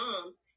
moms